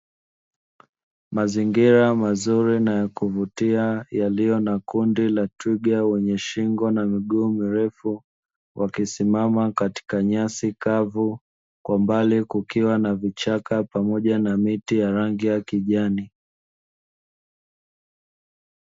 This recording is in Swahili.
Mazingira mazuri na yakuvutia, yaliyo na kundi la twiga wenye shingo na miguu mirefu, wakisimama katika nyasi kavu. Kwa mbali kukiwa na vichaka pamoja na miti ya rangi ya kijani.